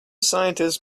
scientists